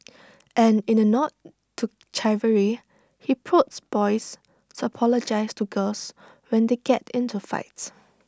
and in A nod to chivalry he prods boys apologise to girls when they get into fights